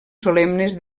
solemnes